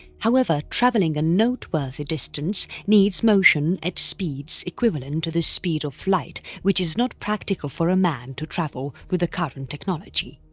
however travelling a noteworthy distance needs motion at speeds equivalent to the speed of light which is not practical for a man to travel with the current technology.